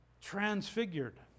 transfigured